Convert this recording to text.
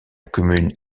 commune